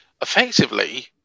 effectively